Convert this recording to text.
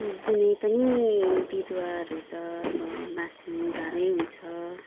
जुनै पनि बिरुवाहरू त अब बाँच्नु गाह्रै हुन्छ